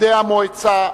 עובדי המועצה,